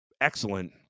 excellent